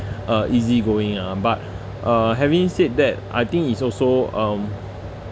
uh easygoing ah but uh having said that I think it's also um